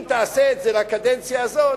אם תעשה את זה לקדנציה הזאת,